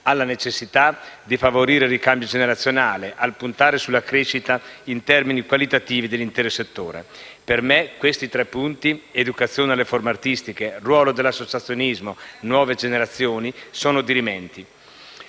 alla necessità di favorire il ricambio generazionale, al puntare sulla crescita in termini qualitativi dell'intero settore. Per me sono dirimenti questi tre punti: educazione alle forme artistiche, ruolo dell'associazionismo, nuove generazioni. Esiste,